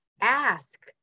ask